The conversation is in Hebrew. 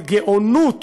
גאונות